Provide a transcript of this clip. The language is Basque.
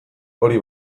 hori